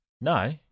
No